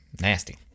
Nasty